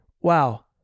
wow